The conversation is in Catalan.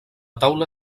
taula